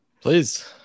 Please